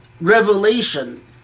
revelation